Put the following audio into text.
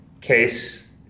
case